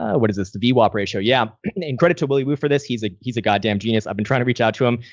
ah what is this, the vwap ratio. yeah and and credit to willy woo for this. he's ah he's a goddamn genius. i've been trying to reach out to him.